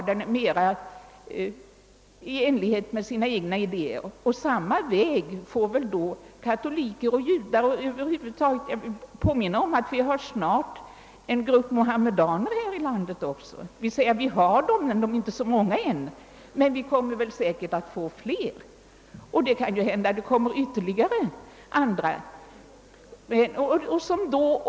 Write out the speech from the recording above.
Denna väg får väl även katoliker och judar gå. Vi har också t.ex. en grupp mohammedaner här och vi kommer säkert att få fler, och det kan hända att det kommer ytterligare andra folkgrupper hit.